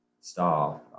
staff